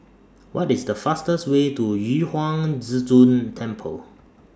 What IS The fastest Way to Yu Huang Zhi Zun Temple